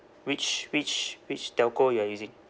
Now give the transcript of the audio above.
which which which telco you are using